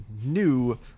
new